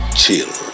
chill